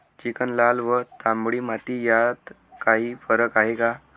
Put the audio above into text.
Chicken, लाल व तांबडी माती यात काही फरक आहे का?